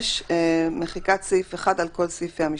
4. במקום שם החוק,